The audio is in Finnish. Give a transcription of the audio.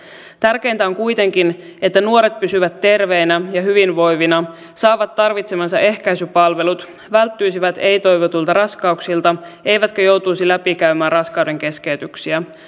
tärkeintä on kuitenkin että nuoret pysyisivät terveinä ja hyvinvoivina saisivat tarvitsemansa ehkäisypalvelut välttyisivät ei toivotuilta raskauksilta eivätkä joutuisi läpikäymään raskaudenkeskeytyksiä